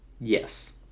Yes